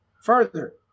Further